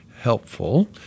helpful